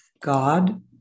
God